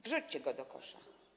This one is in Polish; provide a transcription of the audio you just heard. Wrzućcie go do kosza.